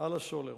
על הסולר.